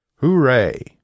Hooray